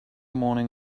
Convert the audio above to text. morning